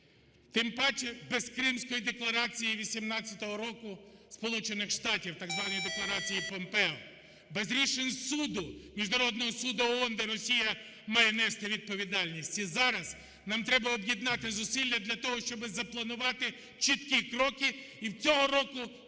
тим паче без Кримської декларації 18-го року Сполучених Штатів, так званої Декларації Помпео. Без рішень суду – Міжнародного суду ООН, де Росія має нести відповідальність. І зараз нам треба об'єднати зусилля для того, щоб запланувати чіткі кроки, і цього року провести